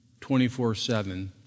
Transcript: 24-7